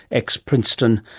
ex-princeton,